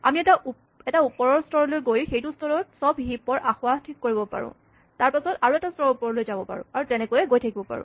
আমি এটা ওপৰৰ স্তৰলৈ গৈ সেইটো স্তৰত চব হিপ ৰ আসোঁৱাহ ঠিক কৰিব পাৰোঁ তাৰপাছত আৰু এটা স্তৰ ওপৰলৈ যাব পাৰোঁ আৰু তেনেকৈয়ে গৈ থাকিব পাৰোঁ